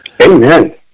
amen